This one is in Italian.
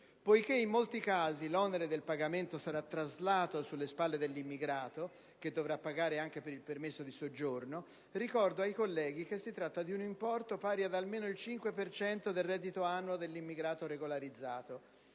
Poiché, in molti casi, l'onere del pagamento sarà traslato sulle spalle dell'immigrato (che dovrà pagare anche per il permesso di soggiorno), ricordo ai colleghi che si tratta di un importo pari ad almeno il 5 per cento del reddito annuo dell'immigrato regolarizzato.